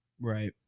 Right